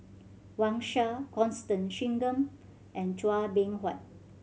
Wang Sha Constance Singam and Chua Beng Huat